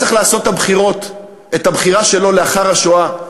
צריך לעשות את הבחירה שלו לאחר השואה,